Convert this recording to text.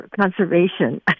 conservation